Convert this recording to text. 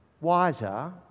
wiser